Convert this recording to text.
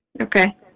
Okay